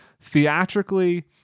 theatrically